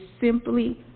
simply